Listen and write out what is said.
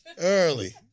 Early